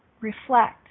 reflect